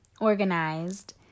organized